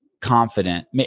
confident